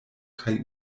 kaj